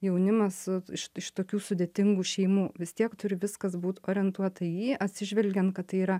jaunimas iš iš tokių sudėtingų šeimų vis tiek turi viskas būt orientuota į jį atsižvelgiant kad tai yra